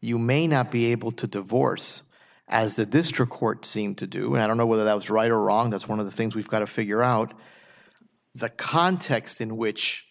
you may not be able to divorce as the district court seemed to do had to know whether that was right or wrong that's one of the things we've got to figure out the context in which